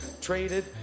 Traded